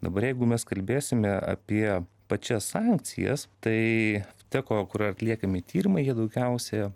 dabar jeigu mes kalbėsime apie pačias sankcijas tai teko kur atliekami tyrimai jie daugiausia